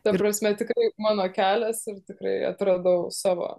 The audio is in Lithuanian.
ta prasme tikrai mano kelias ir tikrai atradau savo